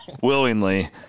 willingly